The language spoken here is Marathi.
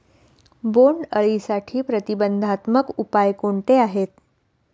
बोंडअळीसाठी प्रतिबंधात्मक उपाय कोणते आहेत?